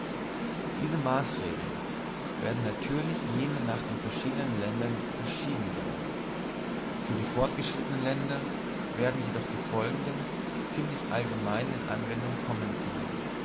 diese maßregeln werden natürlich je nach den verschiedenen ländern verschieden sein für die fortgeschrittensten länder werden jedoch die folgenden ziemlich allgemein in anwendung kommen können